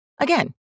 Again